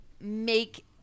make